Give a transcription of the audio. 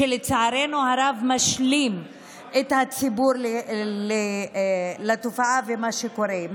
שלצערנו הרב משלים את הציבור בנוגע לתופעה ולמה שקורה.